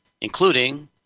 including